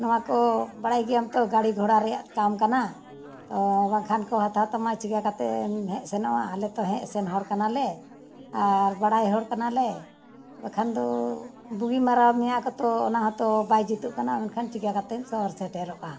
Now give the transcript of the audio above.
ᱱᱚᱣᱟ ᱠᱚ ᱵᱟᱲᱟᱭ ᱜᱮᱭᱟᱢ ᱛᱚ ᱜᱟᱹᱰᱤ ᱜᱷᱚᱲᱟ ᱨᱮᱭᱟᱜ ᱠᱟᱢ ᱠᱟᱱᱟ ᱛᱚ ᱵᱟᱝᱠᱷᱟᱱ ᱠᱚ ᱦᱟᱛᱟᱣ ᱛᱟᱢᱟ ᱪᱤᱠᱟᱹ ᱠᱟᱛᱮᱢ ᱦᱮᱡ ᱥᱮᱱᱚᱜᱼᱟ ᱟᱞᱮ ᱛᱚ ᱦᱮᱡ ᱥᱮᱱ ᱦᱚᱲ ᱠᱟᱱᱟᱞᱮ ᱟᱨ ᱵᱟᱲᱟᱭ ᱦᱚᱲ ᱠᱟᱱᱟᱞᱮ ᱵᱟᱠᱷᱟᱱ ᱫᱚ ᱵᱩᱜᱤ ᱢᱟᱨᱟᱣ ᱢᱮᱭᱟ ᱠᱚᱛᱚ ᱚᱱᱟ ᱦᱚᱸᱛᱚ ᱵᱟᱭ ᱡᱩᱛᱩᱜ ᱠᱟᱱᱟ ᱢᱮᱱᱠᱷᱟᱱ ᱪᱤᱠᱟᱹ ᱠᱟᱛᱮᱢ ᱥᱚᱦᱚᱨ ᱥᱮᱴᱮᱨᱚᱜᱼᱟ